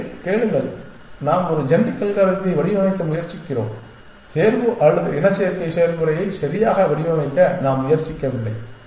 இல்லை இல்லை கேளுங்கள் நாம் ஒரு ஜெனடிக் அல்காரிதத்தை வடிவமைக்க முயற்சிக்கிறோம் தேர்வு அல்லது இனச்சேர்க்கை செயல்முறையை சரியாக வடிவமைக்க நாம் முயற்சிக்கவில்லை